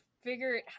figured